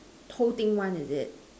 whole thing one is it